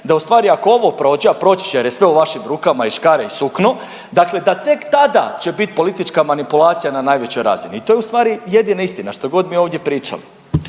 da u stvari ako ovo prođe, a proći će jer je sve u vašim rukama i škare i sukno, dakle da tek tada će biti politička manipulacija na najvećoj razini. I to je u stvari jedina istina što god mi ovdje pričamo.